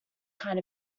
kind